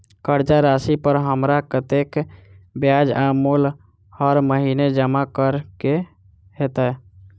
कर्जा राशि पर हमरा कत्तेक ब्याज आ मूल हर महीने जमा करऽ कऽ हेतै?